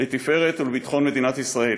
לתפארת ולביטחון מדינת ישראל.